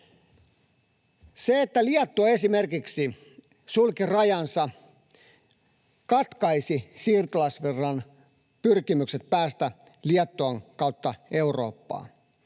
Liettua esimerkiksi sulki rajansa, katkaisi siirtolaisvirran pyrkimykset päästä Liettuan kautta Eurooppaan.